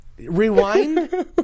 Rewind